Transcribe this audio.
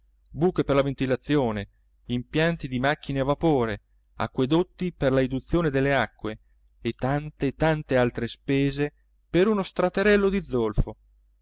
buche per la ventilazione impianti di macchine a vapore acquedotti per la eduzione delle acque e tante e tante altre spese per uno straterello di zolfo